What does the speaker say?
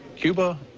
cuba,